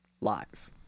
live